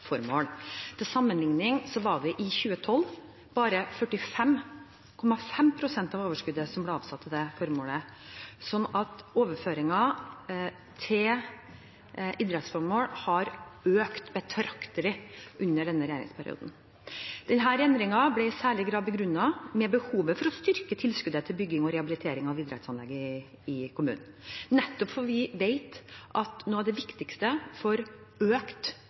Til sammenligning var det i 2012 bare 45,5 pst. av overskuddet som ble avsatt til det formålet, sånn at overføringen til idrettsformål har økt betraktelig i denne regjeringsperioden. Denne endringen blir i særlig grad begrunnet med behovet for å styrke tilskuddet til bygging og rehabilitering av idrettsanlegg i kommunene, fordi vi vet at noe av det viktigste for økt